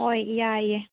ꯍꯣꯏ ꯌꯥꯏꯌꯦ